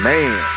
Man